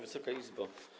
Wysoka Izbo!